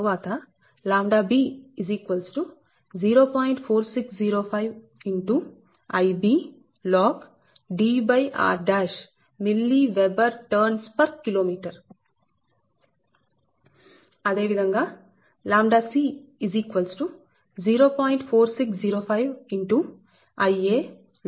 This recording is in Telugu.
4605 Ib logDr mWb Tkm అదే విధంగా ʎc 0